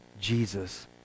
Jesus